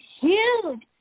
huge